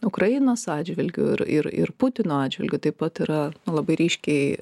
ukrainos atžvilgiu ir ir ir putino atžvilgiu taip pat yra labai ryškiai